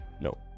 No